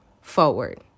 forward